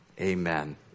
amen